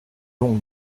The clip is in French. longue